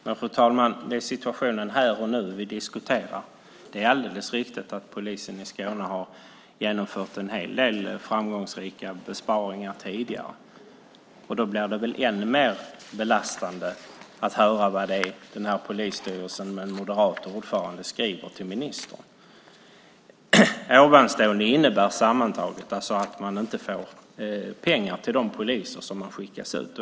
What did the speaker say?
Fru talman! Det är situationen här och nu vi diskuterar. Det är alldeles riktigt att polisen i Skåne har genomfört en hel del framgångsrika besparingar tidigare. Därför blir det ännu mer belastande att höra vad det är polisstyrelsen med en moderat ordförande skriver till ministern. Ovanstående innebär sammantaget att man inte får pengar till de poliser som skickas ut.